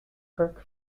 kirk